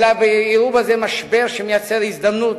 אלא יראו בזה משבר שמייצר הזדמנות,